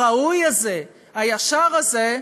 הראוי הזה, הישר הזה,